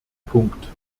punkt